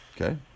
Okay